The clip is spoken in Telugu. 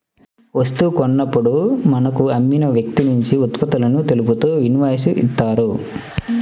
వస్తువు కొన్నప్పుడు మనకు అమ్మిన వ్యక్తినుంచి ఉత్పత్తులను తెలుపుతూ ఇన్వాయిస్ ఇత్తారు